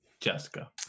jessica